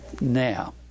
Now